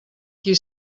qui